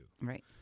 Right